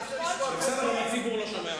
אני מנסה לשמוע, גם הציבור לא שומע.